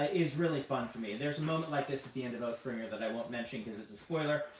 is really fun for me. there's a moment like this at the end of oathbringer that i won't mention because it's a spoiler,